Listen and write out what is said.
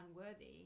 unworthy